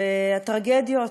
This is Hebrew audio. הטרגדיות,